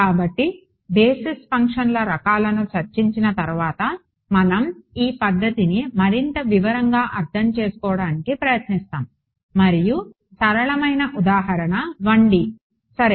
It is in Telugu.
కాబట్టి బేసిస్ ఫంక్షన్ల రకాలను చర్చించిన తర్వాత మనం ఈ పద్ధతిని మరింత వివరంగా అర్థం చేసుకోవడానికి ప్రయత్నిస్తాము మరియు సరళమైన ఉదాహరణ 1D సరే